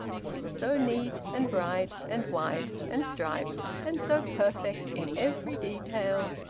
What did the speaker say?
she was so neat and bright and white and striped, and so perfect in every detail,